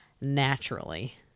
naturally